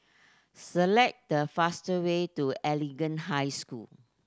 select the fastest way to Anglican High School